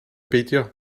beidio